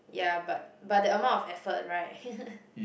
ya but but the amount of effort right